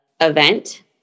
event